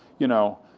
you know,